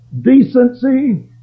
decency